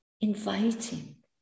inviting